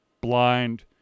blind